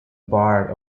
barb